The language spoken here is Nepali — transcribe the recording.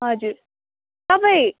हजुर तपाईँ